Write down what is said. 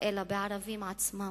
אלא בערבים עצמם,